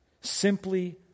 simply